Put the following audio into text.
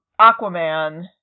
Aquaman